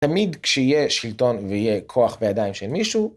תמיד כשיהיה שלטון ויהיה כוח בידיים של מישהו,